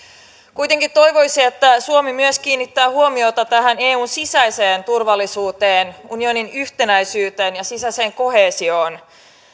kuitenkin toivoisi että suomi kiinnittää huomiota myös tähän eun sisäiseen turvallisuuteen unionin yhtenäisyyteen ja sisäiseen koheesioon